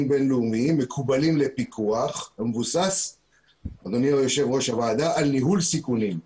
בין-לאומיים מקובלים לפיקוח המבוסס על ניהול סיכונים".